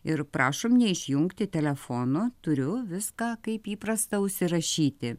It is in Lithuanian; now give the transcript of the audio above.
ir prašom neišjungti telefono turiu viską kaip įprasta užsirašyti